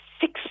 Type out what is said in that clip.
six